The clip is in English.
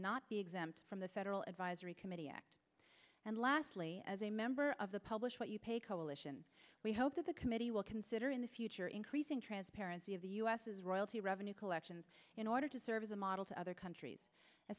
not be exempt from the federal advisory and lastly as a member of the publish what you pay coalition we hope that the committee will consider in the future increasing transparency of the us is royalty revenue collection in order to serve as a model to other countries and